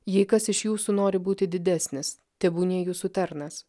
jei kas iš jūsų nori būti didesnis tebūnie jūsų tarnas